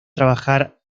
trabajar